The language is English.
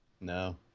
no